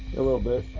a little bit.